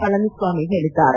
ಪಳನಿಸ್ವಾಮಿ ಹೇಳಿದ್ದಾರೆ